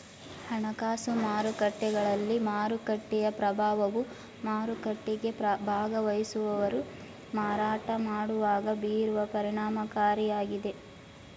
ಹಣಕಾಸು ಮಾರುಕಟ್ಟೆಗಳಲ್ಲಿ ಮಾರುಕಟ್ಟೆಯ ಪ್ರಭಾವವು ಮಾರುಕಟ್ಟೆಗೆ ಭಾಗವಹಿಸುವವರು ಮಾರಾಟ ಮಾಡುವಾಗ ಬೀರುವ ಪರಿಣಾಮಕಾರಿಯಾಗಿದೆ